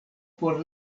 por